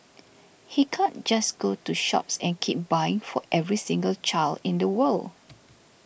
he can't just go to shops and keep buying for every single child in the world